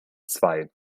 zwei